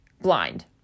blind